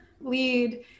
lead